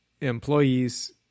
employees